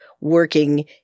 working